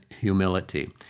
humility